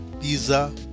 Pizza